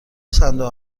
صندوق